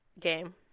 game